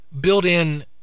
built-in